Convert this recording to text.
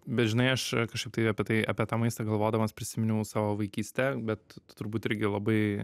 bet žinai aš kažkaip tai apie tai apie tą maistą galvodamas prisiminiau savo vaikystę bet tu turbūt irgi labai